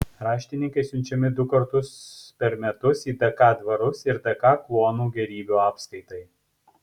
raštininkai siunčiami du kartus per metus į dk dvarus ir dk kluonų gėrybių apskaitai